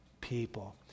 people